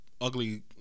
ugly